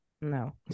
No